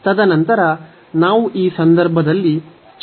ತದನಂತರ ನಾವು ಈ ಸಂದರ್ಭದಲ್ಲಿ ಛೇದಕವನ್ನು ಪಡೆಯಬೇಕಾಗಿದೆ